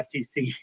SEC